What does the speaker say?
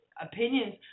opinions